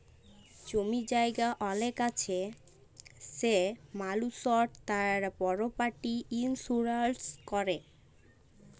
জমি জায়গা অলেক আছে সে মালুসট তার পরপার্টি ইলসুরেলস ক্যরে